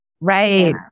Right